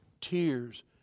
Tears